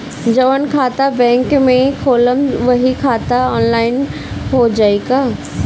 जवन खाता बैंक में खोलम वही आनलाइन हो जाई का?